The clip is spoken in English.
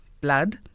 Blood